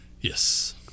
Yes